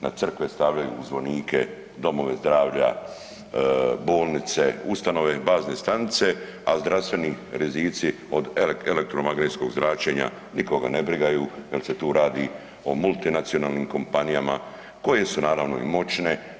Na crkve stavljaju u zvonike, domove zdravlja, bolnice, ustanove i bazne stanice, a zdravstveni rizici od elektromagnetskog zračenja nikoga ne brigaju jer se tu radi o multinacionalnim kompanijama koje su naravno i moćne.